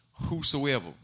whosoever